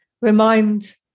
remind